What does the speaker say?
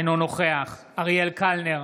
אינו נוכח אריאל קלנר,